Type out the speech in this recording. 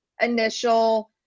initial